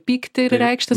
pykti ir reikštis